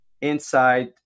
inside